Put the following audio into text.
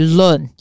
learn